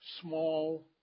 small